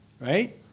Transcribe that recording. right